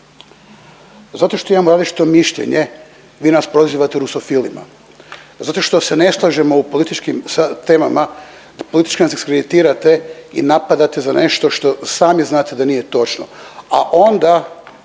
zato što imamo različito mišljenje vi nas prozivate rusofilima. Zato što se ne slažemo u političkim temama, politički nas diskreditirate i napadate za nešto što sami znate da nije točno,